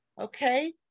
okay